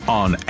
on